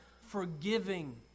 forgiving